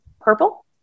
purple